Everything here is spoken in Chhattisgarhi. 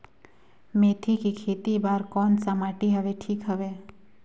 मेथी के खेती बार कोन सा माटी हवे ठीक हवे?